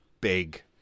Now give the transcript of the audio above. big